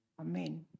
amen